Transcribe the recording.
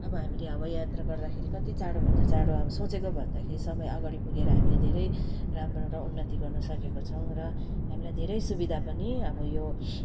अब हामीले हवाई यात्रा गर्दाखेरि कति चाँडोभन्दा चाँडो सोचेको भन्दाखेरि समय अगाडि पुगेर हामीले धेरै राम्रो र उन्नति गर्नुसकेका छौँ र हामीलाई धेरै सुविधा पनि अबो यो